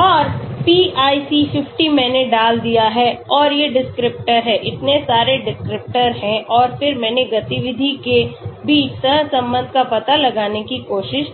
और pIC50 मैंने डाल दिया है और ये डिस्क्रिप्टर हैं इतने सारे डिस्क्रिप्टर हैं और फिर मैंने गतिविधि के बीच सहसंबंध का पता लगाने की कोशिश